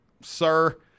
sir